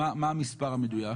מה המספר המדויק?